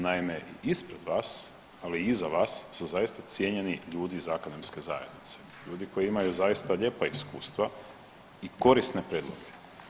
Naime, i ispred vas, ali i iza vas su zaista cijenjeni ljudi iz akademske zajednice, ljudi koji imaju zaista lijepa iskustva i korisne prijedloge.